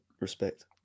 respect